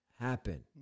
happen